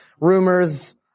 Rumors